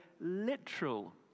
literal